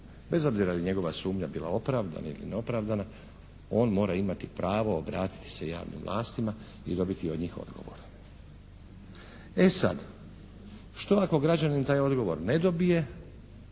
bez obzira da li je njegova sumnja bila opravdana ili neopravdana, on mora imati pravo obratiti se javnim vlastima i dobiti od njih odgovore. E sad. Što ako građanin taj odgovor ne dobije